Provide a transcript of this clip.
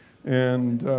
and